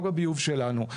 רק בביוב שלנו.